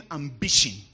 ambition